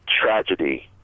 tragedy